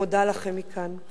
ומודה לכם מכאן.